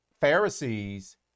Pharisees